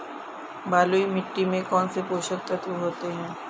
बलुई मिट्टी में कौनसे पोषक तत्व होते हैं?